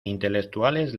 intelectuales